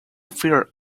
fear